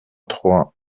trois